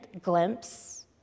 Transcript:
glimpse